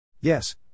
Yes